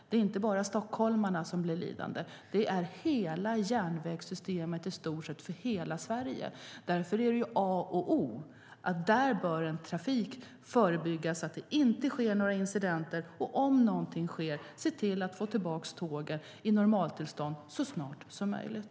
Det är inte bara stockholmarna som blir lidande utan hela järnvägssystemet för i stort sett hela Sverige. Därför är det A och O att förebygga så att det inte sker incidenter vid Stockholms central, och om något sker ska man se till att få tillbaka tågen i normaltillstånd så snart som möjligt.